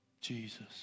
Jesus